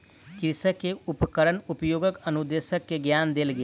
कृषक के उपकरण उपयोगक अनुदेश के ज्ञान देल गेल